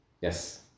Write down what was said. Yes